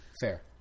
Fair